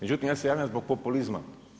Međutim, ja se javljam zbog populizma.